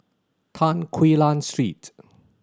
Tan Quee Lan Street